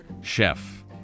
chef